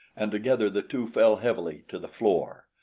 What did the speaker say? and together the two fell heavily to the floor,